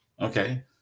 okay